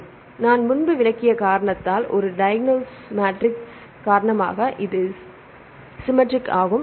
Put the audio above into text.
மாணவர் சிம்மெட்ரிக் நான் முன்பு விளக்கிய காரணத்தால் ஒரு டையக்னல் மேட்ரிக்ஸ் காரணமாக அது சிம்மெட்ரிக் ஆகும்